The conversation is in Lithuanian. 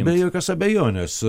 be jokios abejonės